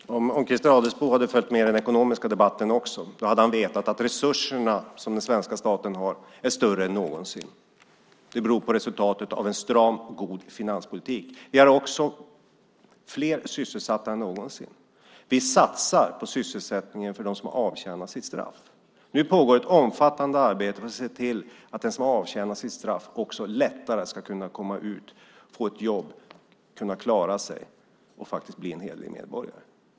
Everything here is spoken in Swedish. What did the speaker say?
Herr talman! Om Christer Adelsbo hade följt med i den ekonomiska debatten också hade han vetat att resurserna som den svenska staten har är större än någonsin. Det beror på resultatet av en stram och god finanspolitik. Vi har också fler sysselsatta än någonsin. Vi satsar på sysselsättningen för dem som har avtjänat sitt straff. Nu pågår ett omfattande arbete för att se till att den som har avtjänat sitt straff lättare ska kunna komma ut och få ett jobb, kunna klara sig och bli en hederlig medborgare.